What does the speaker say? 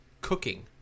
cooking